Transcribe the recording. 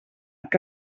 que